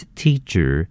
teacher